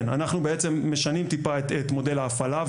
אנחנו בעצם משנים טיפה את מודל ההפעלה,